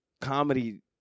Comedy